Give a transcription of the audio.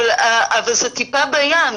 אבל זה טיפה בים.